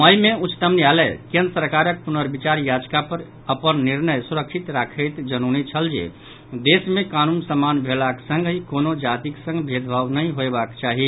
मई मे उच्चतम न्यायालय केन्द्र सरकारक पुनर्विचार याचिका पर अपन निर्णय सुरक्षित राखैत जनौने छल जे देश मे कानून समान भेलाक संगहि कोनो जातिक संग भेदभाव नहि होयबाक चाही